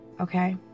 okay